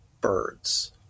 birds